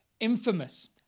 infamous